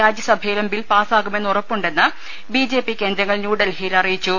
രാജ്യസഭയിലും ബിൽ പാസാകുമെന്ന് ഉറപ്പുണ്ടെന്ന് ബി ജെ പി കേന്ദ്രങ്ങൾ ന്യൂഡൽഹിയിൽ അറിയിച്ചു